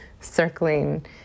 circling